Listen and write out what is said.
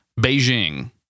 Beijing